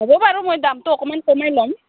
হ'ব বাৰু মই দামটো অকণমান কমাই ল'ম